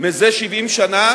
זה 70 שנה,